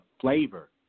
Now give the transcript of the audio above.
flavor